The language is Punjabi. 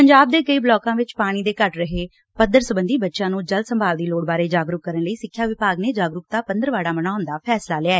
ਪੰਜਾਬ ਦੇ ਕਈ ਬਲਾਕਾਂ ਵਿੱਚ ਪਾਣੀ ਦੇ ਘੱਟ ਰਹੇ ਪੱਧਰ ਸਬੰਧੀ ਬੱਚਿਆਂ ਨੂੰ ਜਲ ਸੰਭਾਲ ਦੀ ਲੋੜ ਬਾਰੇ ਜਾਗਰੁਕ ਕਰਨ ਲਈ ਸਿੱਖਿਆ ਵਿਭਾਗ ਨੇ ਜਾਗਰੁਕਤਾ ਪੰਦਰਵਾੜਾ ਮਨਾਉਣ ਦਾ ਫੈਸਲਾ ਲਿਐ